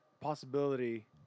possibility